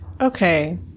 Okay